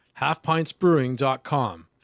halfpintsbrewing.com